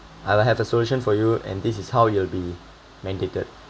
I will have a solution for you and this is how it will be mandated